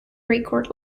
record